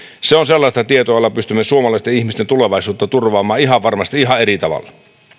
se on sellaista tietoa jolla pystymme suomalaisten ihmisten tulevaisuutta turvaamaan ihan varmasti ihan eri tavalla